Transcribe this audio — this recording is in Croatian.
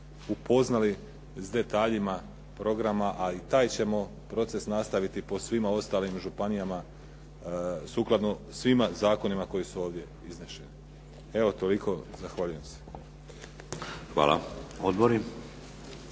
upoznali s detaljima programa, a i taj ćemo proces nastaviti po svima ostalim županijama sukladno svima zakonima koji su ovdje izneseni. Evo toliko, zahvaljujem se. **Šeks,